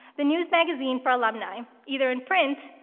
the news magazine for alumni, either in print,